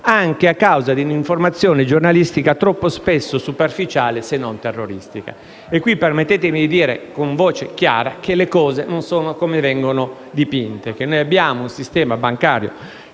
anche a causa di un'informazione giornalistica troppo spesso superficiale se non terroristica. Permettetemi di dire, con voce chiara, che le cose non sono come vengono dipinte: noi abbiamo un sistema bancario